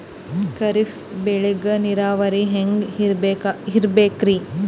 ಖರೀಫ್ ಬೇಳಿಗ ನೀರಾವರಿ ಹ್ಯಾಂಗ್ ಇರ್ಬೇಕರಿ?